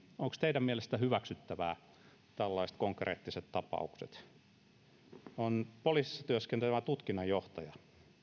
onko teidän mielestänne hyväksyttäviä tällaiset konkreettiset tapaukset on poliisissa työskentelevä tutkinnanjohtaja